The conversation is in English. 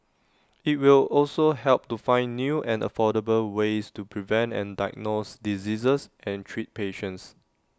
IT will also help to find new and affordable ways to prevent and diagnose diseases and treat patients